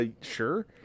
sure